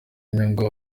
imyuga